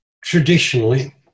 Traditionally